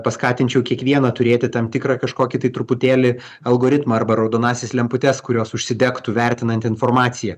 paskatinčiau kiekvieną turėti tam tikrą kažkokį tai truputėlį algoritmą arba raudonąsias lemputes kurios užsidegtų vertinant informaciją